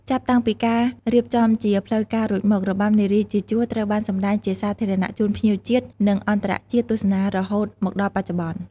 ចាប់តាំងពីការរៀបចំជាផ្លូវការរួចមក របាំនារីជាជួរត្រូវបានសម្តែងជាសាធារណៈជូនភ្ញៀវជាតិ និងអន្តរជាតិទស្សនារហូតមកដល់បច្ចុប្បន្ន។